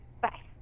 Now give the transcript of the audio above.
Bye